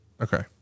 Okay